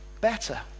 better